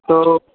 तो